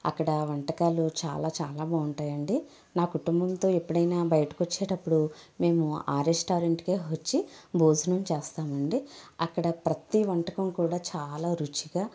అక్కడ వంటకాలు చాలా చాలా బాగుంటాయండి మా కుటుంబంతో ఎప్పుడైనా బయటకి వచ్చేటప్పుడు మేము రెస్టారెంట్కే వచ్చి భోజనం చేస్తామండి అక్కడ ప్రతి వంటకం కూడా చాలా రుచిగా